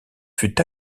fut